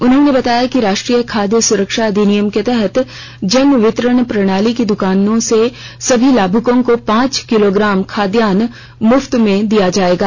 उन्होंने बताया कि राष्ट्रीय खाद्य सुरक्षा अधिनयम के तहत जन वितरण प्रणाली की दुकानों से सभी लाभुकों को पांच किलोग्राम खाद्यान मुफ्त मेँ दिया जाएगा